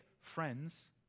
friends